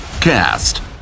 Cast